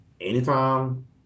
anytime